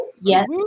Yes